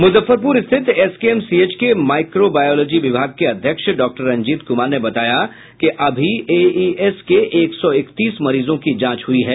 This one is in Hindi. मुजफ्फरपुर स्थित एसकेएमसीएच के माइक्रोबायोलॉजी विभाग के अध्यक्ष डॉक्टर रंजीत कुमार ने बताया कि अभी एईएस के एक सौ इकतीस मरीजों की जांच हुयी है